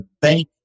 bank